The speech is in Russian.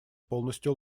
полностью